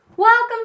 Welcome